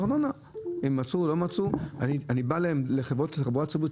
הם יכולים לגבות את זה בלי חקיקה?